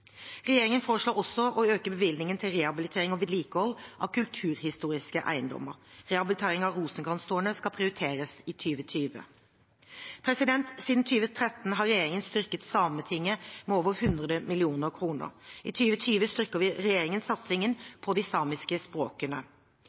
Regjeringen foreslår også å øke bevilgningen til rehabilitering og vedlikehold av kulturhistoriske eiendommer. Rehabilitering av Rosenkrantztårnet skal prioriteres i 2020. Siden 2013 har regjeringen styrket Sametinget med over 100 mill. kr. I 2020 styrker regjeringen satsingen på de samiske språkene.